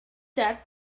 that